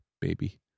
baby